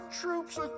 troops